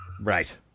Right